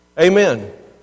Amen